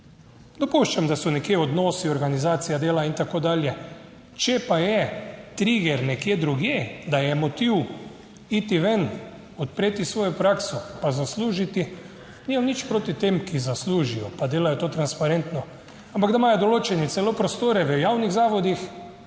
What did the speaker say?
Dopuščam, da so nekje odnosi, organizacija dela in tako dalje, če pa je trigger nekje drugje, da je motiv iti ven, odpreti svojo prakso pa zaslužiti, nimam nič proti tem, ki zaslužijo, pa delajo to transparentno, ampak da imajo določeni celo prostore v javnih zavodih,